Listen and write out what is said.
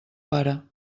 pare